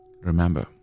Remember